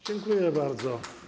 Dziękuję bardzo.